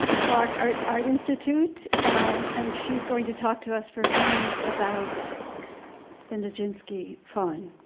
clark art art institute um and she's going to talk to us for a few minutes about the nijinsky faun.